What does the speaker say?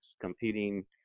competing